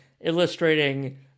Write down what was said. illustrating